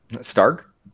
Stark